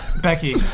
Becky